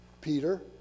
Peter